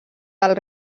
del